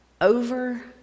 Over